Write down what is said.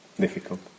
difficult